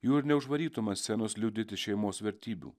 jų ir neužvarytum ant scenos liudyti šeimos vertybių